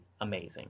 amazing